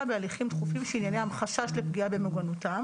בהליכים דחופים שעניינם חשש לפגיעה במוגנות,